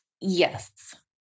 Yes